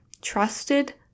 trusted